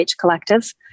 Collective